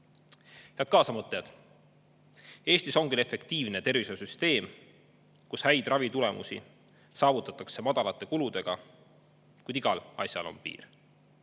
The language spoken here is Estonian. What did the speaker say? Head kaasamõtlejad! Eestis on küll efektiivne tervishoiusüsteem, kus häid ravitulemusi saavutatakse madalate kuludega, kuid igal asjal on piir.